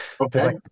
Okay